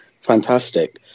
fantastic